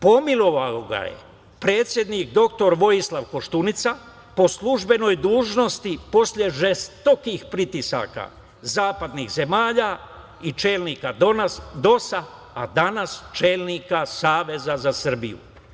Pomilovao ga je predsednik dr Vojislav Koštunica po službenoj dužnosti, posle žestokih pritisaka zapadnih zemalja i čelnika DOS-a, a danas čelnika Saveza za Srbiju.